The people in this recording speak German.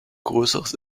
größeres